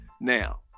Now